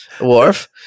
Worf